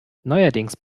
neuerdings